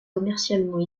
commercialement